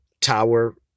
Tower